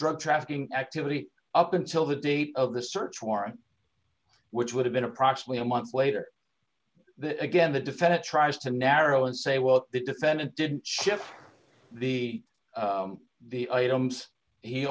drug trafficking activity up until the date of the search warrant which would have been approximately a month later again the defendant tries to narrow and say well the defendant didn't ship the the items he